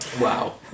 Wow